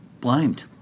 blamed